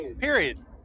Period